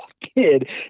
kid